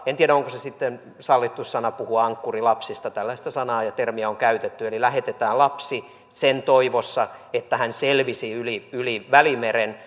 en tiedä onko sitten sallittu sana puhua ankkurilapsista tällaista sanaa ja termiä on käytetty eli lähetetään lapsi sen toivossa että hän selviäisi yli yli välimeren